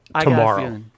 Tomorrow